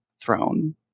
throne